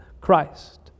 Christ